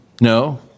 No